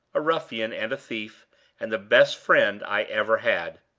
a ruffian, and a thief and the best friend i ever had!